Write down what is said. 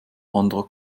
anderer